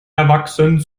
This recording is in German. erwachsen